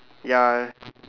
ya